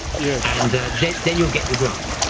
yeah and then then you'll get your grant.